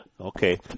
Okay